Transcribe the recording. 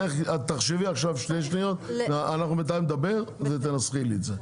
תחשבי עכשיו שתי שניות אנחנו בינתיים נדבר ותנסחי לי את זה.